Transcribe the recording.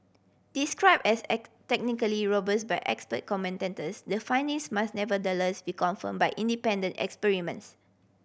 describe as technically robust by expert commentators the findings must nevertheless be confirm by independent experiments